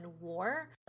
war